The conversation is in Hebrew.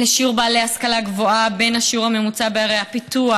של שיעור בעלי ההשכלה הגבוהה לבין השיעור הממוצע בערי הפיתוח.